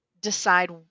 decide